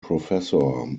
professor